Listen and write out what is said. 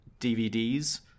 DVDs